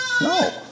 No